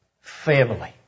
Family